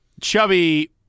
chubby